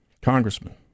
Congressman